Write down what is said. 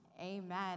Amen